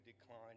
decline